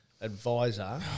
advisor